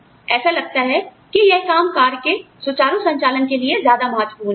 ऐसा लगता है कि यह काम कार के सुचारु संचालन के लिए ज्यादा महत्वपूर्ण है